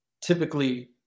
typically